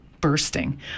bursting